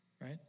right